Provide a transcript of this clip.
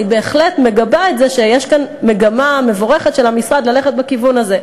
אני בהחלט מגבה את זה שיש כאן מגמה מבורכת של המשרד ללכת בכיוון הזה,